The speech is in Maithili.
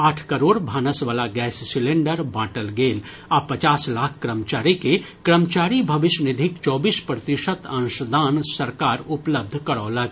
आठ करोड़ भानस वला गैस सिलेन्डर बांटल गेल आ पच्चास लाख कर्मचारी के कर्मचारी भविष्यनिधिक चौबीस प्रतिशत अंशदान सरकार उपलब्ध करौलक